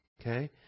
okay